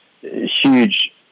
huge